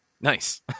Nice